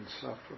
suffer